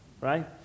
Right